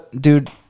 Dude